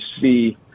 see –